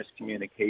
miscommunication